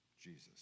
Jesus